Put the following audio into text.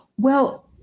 well,